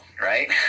right